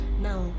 now